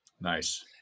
Nice